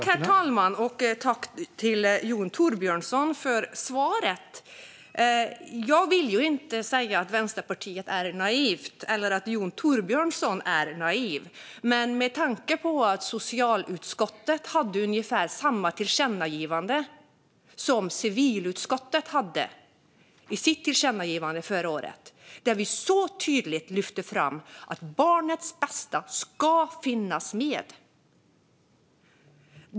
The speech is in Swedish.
Herr talman! Tack, Jon Thorbjörnson, för svaret! Jag vill ju inte säga att Vänsterpartiet är naivt eller att Jon Thorbjörnson är naiv. Men jag tänker på att socialutskottet lade fram ungefär samma tillkännagivande som civilutskottet hade förra året. Där lyfte vi tydligt fram att barnets bästa ska finnas med.